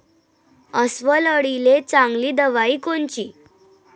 अस्वल अळीले चांगली दवाई कोनची?